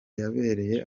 yabereye